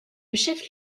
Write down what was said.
chef